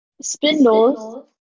spindles